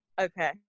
Okay